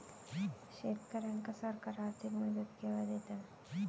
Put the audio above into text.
शेतकऱ्यांका सरकार आर्थिक मदत केवा दिता?